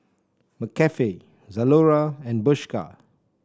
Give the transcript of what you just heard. McCafe Zalora and Bershka